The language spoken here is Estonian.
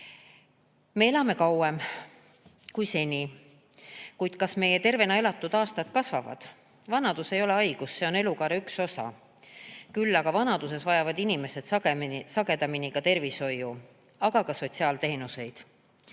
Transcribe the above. Me elame kauem kui seni, kuid kas meie tervena elatud aastad kasvavad? Vanadus ei ole haigus, see on elukaare üks osa. Küll aga vanaduses vajavad inimesed sagedamini ka tervishoiu-, kuid ka sotsiaalteenuseid.